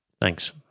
Thanks